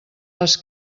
les